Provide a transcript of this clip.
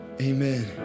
amen